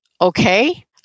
Okay